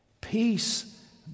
Peace